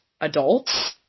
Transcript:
adults